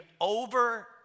over